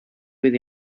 with